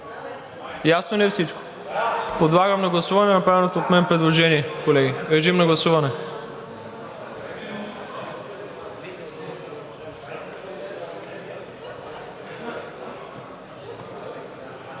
Ясно ли е всичко? Подлагам на гласуване направеното от мен предложение, колеги. Госпожо